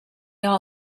all